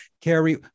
Carrie